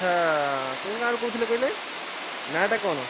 ଆଚ୍ଛା କୋଉ ଗାଁ'ରୁ କହୁଥିଲେ କହିଲେ ନାଁ ଟା କ'ଣ